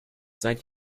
seit